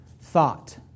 thought